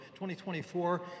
2024